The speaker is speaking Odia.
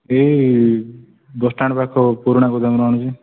ଏଇ ବସଷ୍ଟାଣ୍ଡ୍ ପାଖ ପୁରୁଣା ଗୋଦାମ୍ରୁ ଆଣୁଛି